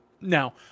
Now